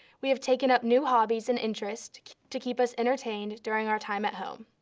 we have taken up new hobbies and interests to keep us entertained during our time at home.